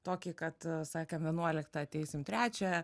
tokį kad sakėm vienuoliktą ateisim trečią